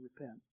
repent